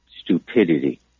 stupidity